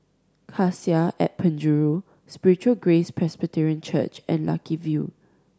Cassia at Penjuru Spiritual Grace Presbyterian Church and Lucky View